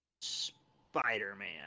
spider-man